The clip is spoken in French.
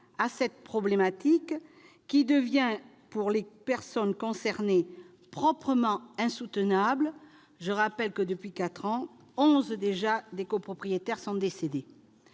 à cette problématique, qui devient pour les personnes concernées proprement insoutenable. Depuis quatre ans, onze des copropriétaires sont décédés.